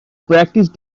practice